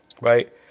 right